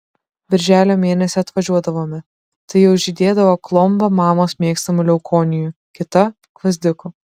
birželio mėnesį atvažiuodavome tai jau žydėdavo klomba mamos mėgstamų leukonijų kita gvazdikų